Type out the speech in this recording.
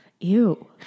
Ew